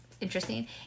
interesting